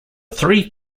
three